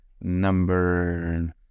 number